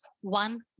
one